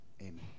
Amen